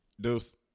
Deuce